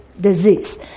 disease